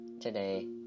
today